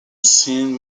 sign